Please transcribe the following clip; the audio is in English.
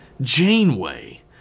Janeway